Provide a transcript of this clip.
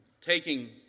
taking